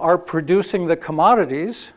are producing the commodities